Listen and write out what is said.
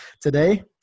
today